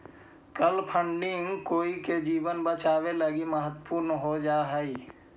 कल फंडिंग कोई के जीवन बचावे लगी महत्वपूर्ण हो जा हई